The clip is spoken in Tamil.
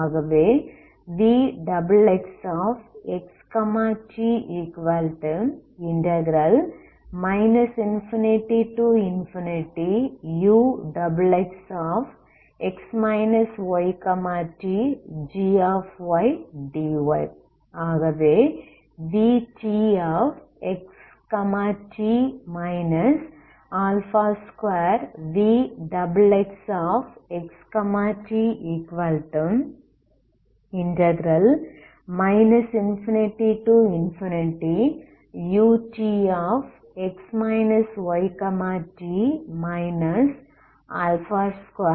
ஆகவே vxxxt ∞uxxx ytgdy ஆகவே vtxt 2vxxxt ∞utx yt 2uxxx ytgdy